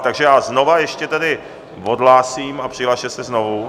Takže já znovu ještě tedy odhlásím a přihlaste se znovu.